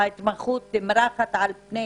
שההתמחות נמרחת על פני